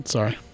Sorry